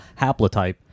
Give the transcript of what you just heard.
haplotype